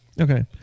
Okay